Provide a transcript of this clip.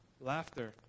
laughter